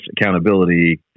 accountability